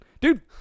Dude